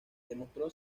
demostró